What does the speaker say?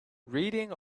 reading